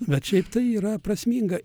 bet šiaip tai yra prasminga